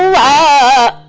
ah da